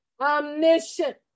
Omniscient